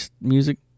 music